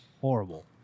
horrible